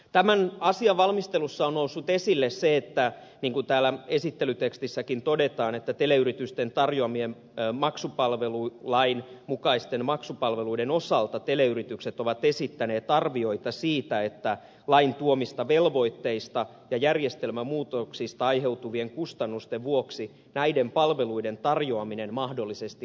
tämän asian valmistelussa on noussut esille se niin kuin täällä esittelytekstissäkin todetaan että teleyritysten tarjoamien maksupalvelulain mukaisten maksupalveluiden osalta teleyritykset ovat esittäneet arvioita siitä että lain tuomista velvoitteista ja järjestelmämuutoksista aiheutuvien kustannusten vuoksi näiden palveluiden tarjoaminen mahdollisesti lopetetaan